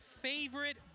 favorite